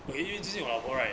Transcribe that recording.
我会与自己有老婆 right